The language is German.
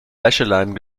wäscheleinen